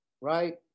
right